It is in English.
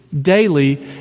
daily